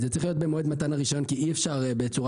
זה צריך להיות במועד מתן הרישיון כי אי אפשר שבצורה